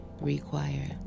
require